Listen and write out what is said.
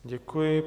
Děkuji.